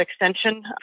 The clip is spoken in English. extension